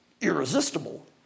irresistible